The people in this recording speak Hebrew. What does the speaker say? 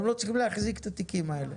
הם לא צריכים להחזיק את התיקים האלה.